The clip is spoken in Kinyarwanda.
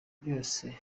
byose